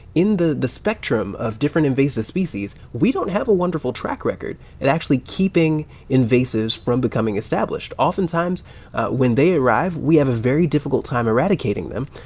in the the spectrum of different invasive species, we don't have a wonderful track record at actually keeping invasives from becoming established. oftentimes when they arrive, we have a very difficult time eradicating them.